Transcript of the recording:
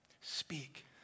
speak